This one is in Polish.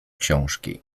książki